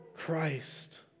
Christ